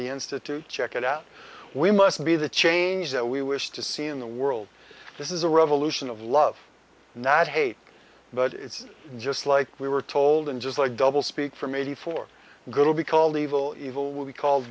institute check it out we must be the change that we wish to see in the world this is a revolution of love not hate but it's just like we were told and just like double speak for maybe for good will be called evil evil will be called